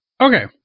Okay